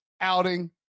outing